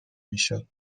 میشد